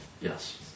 Yes